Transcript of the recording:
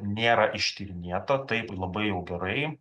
nėra ištyrinėta taip labai jau gerai